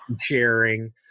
sharing